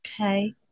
Okay